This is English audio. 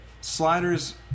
Sliders